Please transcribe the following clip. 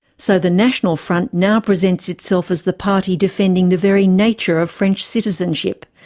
so the national front now presents itself as the party defending the very nature of french citizenship,